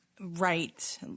right